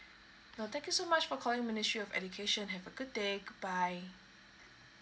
no thank you so much for calling ministry of education have a good day goodbye